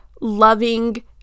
loving